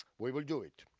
we will do it.